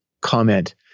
comment